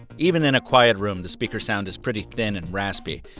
even in a quiet room, the speaker sound is pretty thin and raspy.